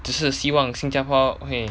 只是希望新加坡 okay